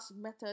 method